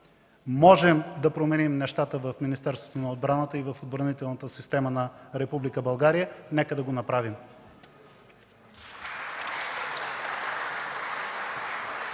Можем да променим нещата в Министерството на отбраната и в отбранителната система на Република България. Нека да го направим!